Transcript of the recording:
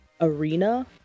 Arena